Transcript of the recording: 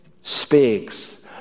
speaks